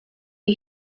you